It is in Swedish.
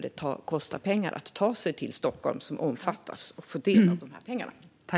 Det kostar pengar att ta sig till Stockholm, som omfattas av och får del av de här pengarna.